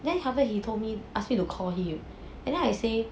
then after that he told me ask me to call him and then I say